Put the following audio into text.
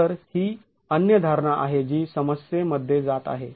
तर ही अन्य धारणा आहे जी समस्ये मध्ये जात आहे